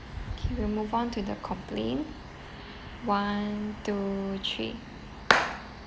okay we'll move on to the complain one two three